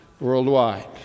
worldwide